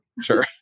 sure